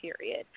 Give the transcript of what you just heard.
period